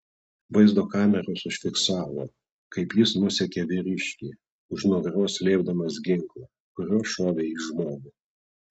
vaizdo kameros užfiksavo kaip jis nusekė vyriškį už nugaros slėpdamas ginklą kuriuo šovė į žmogų